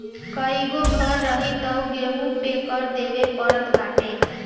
कईगो घर रही तअ ओहू पे कर देवे के पड़त बाटे